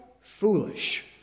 foolish